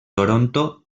toronto